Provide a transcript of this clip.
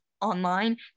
online